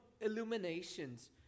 illuminations